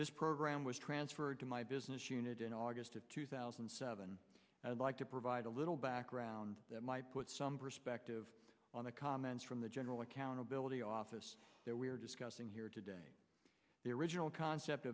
this program was transferred to my business unit in august of two thousand and seven i'd like to provide a little background that might put some perspective on the comments from the general accountability office that we're discussing here today the original concept